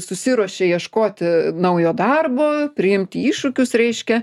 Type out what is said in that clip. susiruošė ieškoti naujo darbo priimti iššūkius reiškia